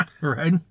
Right